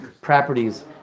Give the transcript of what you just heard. properties